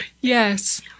yes